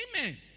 Amen